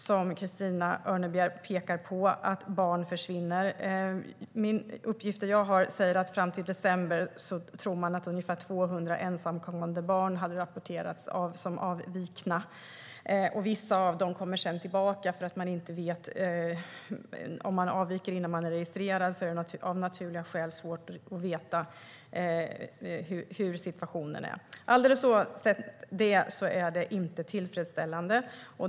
Christina Örnebjär pekar på att barn försvinner. Den uppgift jag har fått är att fram till december tror man att ungefär 200 ensamkommande barn har rapporterats som avvikna. Vissa av dem kommer tillbaka. Om de avviker innan de har registrerats är det av naturliga skäl svårt att veta hur situationen ser ut. Alldeles oavsett är denna situation inte tillfredsställande.